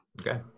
Okay